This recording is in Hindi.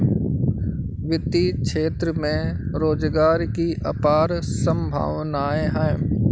वित्तीय क्षेत्र में रोजगार की अपार संभावनाएं हैं